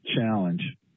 challenge